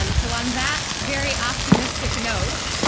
um so on that very optimistic note,